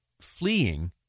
fleeing